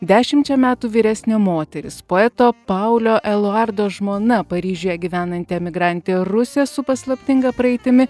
dešimčia metų vyresnė moteris poeto paulo eduardo žmona paryžiuje gyvenanti emigrantė rusė su paslaptinga praeitimi